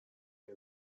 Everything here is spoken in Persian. این